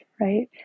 right